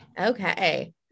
Okay